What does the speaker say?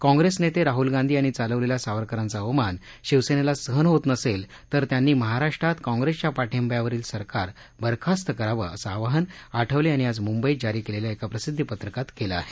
काँग्रेस नेते राहूल गांधी यांनी चालविलेला सावरकरांचा अवमान शिवसेनेला सहन होत नसेल तर त्यांनी महाराष्ट्रात काँप्रेसच्या पाठिब्यावरील सरकार बरखास्त करावं असं आवाहन आठवले यांनी आज मुंबईत जारी केलेल्या एका प्रसिद्धी पत्रकात केलं आहे